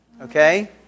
Okay